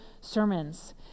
sermons